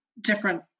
different